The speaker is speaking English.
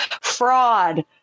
fraud